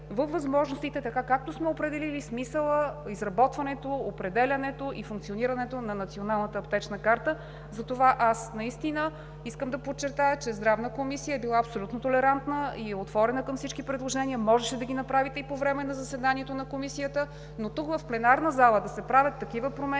във възможностите, така както сме определили, смисълът, изработването, определянето и функционирането на Националната аптечна карта. Затова аз искам да подчертая, че Здравната комисия е била абсолютно толерантна и отворена към всички предложения, можеше да ги направите и по време на заседанието на Комисията, но тук, в пленарната зала, да се правят такива промени